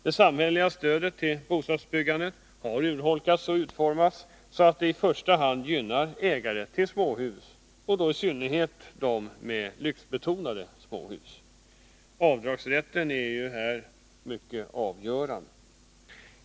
Det samhälleliga stödet till bostadsbyggandet har urholkats och utformats så att det i första hand gynnar ägare till småhus och då i synnerhet lyxbetonade småhus. Avdragsrätten är här mycket avgörande.